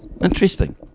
interesting